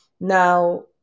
Now